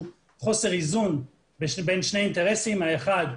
חוסר איזון בין שני אינטרסים האחד,